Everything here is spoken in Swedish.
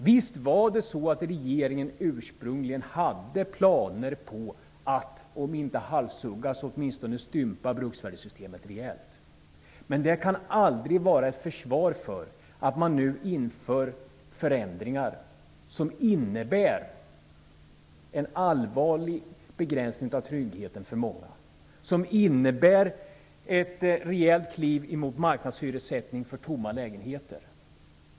Visst hade regeringen ursprungligen planer på att om inte halshugga så åtminstone stympa bruksvärdessystemet rejält, men det kan aldrig vara ett försvar för att man nu inför förändringar som innebär en allvarlig begränsning av tryggheten för många och som innebär ett rejält kliv mot marknadshyressättning för många lägenheter.